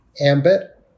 ambit